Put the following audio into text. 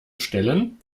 stellen